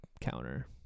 counter